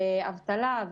באבטלה,